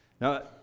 Now